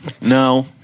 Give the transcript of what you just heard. No